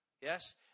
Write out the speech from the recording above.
Yes